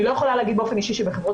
אני לא יכולה להגיד באופן אישי שבחברות